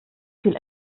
viel